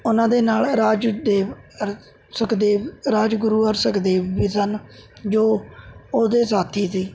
ਉਹਨਾਂ ਦੇ ਨਾਲ਼ ਰਾਜਦੇਵ ਸੁਖਦੇਵ ਰਾਜਗੁਰੂ ਅਤੇ ਸੁਖਦੇਵ ਵੀ ਸਨ ਜੋ ਉਹਦੇ ਸਾਥੀ ਸੀ